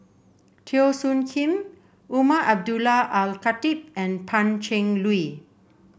Teo Soon Kim Umar Abdullah Al Khatib and Pan Cheng Lui